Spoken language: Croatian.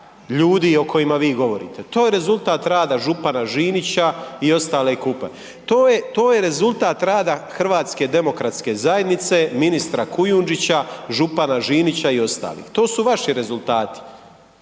ljudi o kojima vi govorite, to je rezultat rada župana Žinića i ostale ekipe, to je rezultat rada HDZ-a, ministra Kujudžića, župana Žinića i ostalih, to su vaši rezultati.